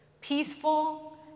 peaceful